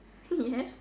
yes